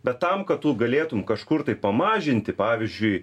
bet tam kad tu galėtum kažkur tai pamažinti pavyzdžiui